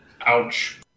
Ouch